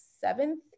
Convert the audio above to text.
seventh